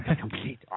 Complete